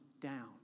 down